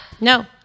No